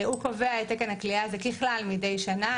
הוא קובע את תקן הכליאה הזה ככלל מדי שנה,